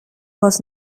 was